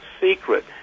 secret